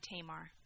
Tamar